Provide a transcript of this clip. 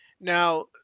Now